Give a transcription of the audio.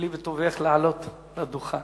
הואילי בטובך לעלות לדוכן.